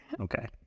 Okay